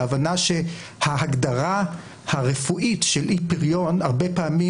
ההבנה שההגדרה הרפואית של אי פריון הרבה פעמים